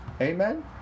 Amen